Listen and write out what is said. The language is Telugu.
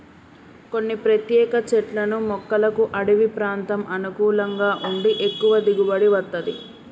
కొన్ని ప్రత్యేక చెట్లను మొక్కలకు అడివి ప్రాంతం అనుకూలంగా ఉండి ఎక్కువ దిగుబడి వత్తది